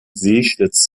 sehschlitz